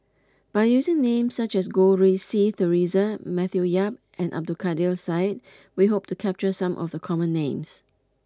by using names such as Goh Rui Si Theresa Matthew Yap and Abdul Kadir Syed we hope to capture some of the common names